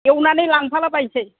एवनानै लांफाला बायसै